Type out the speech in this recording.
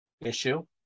issue